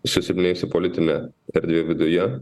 susilpnėjusi politinė erdvė viduje